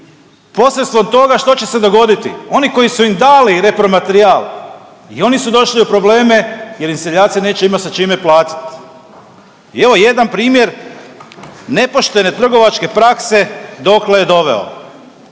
Posredstvom toga što će se dogoditi? Oni koji su im dali repromaterijal i oni su došli u probleme jer im seljaci neće imat sa čime platit. I evo jedan primjer nepoštene trgovačke prakse dokle je doveo,